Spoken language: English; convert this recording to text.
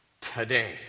Today